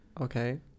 Okay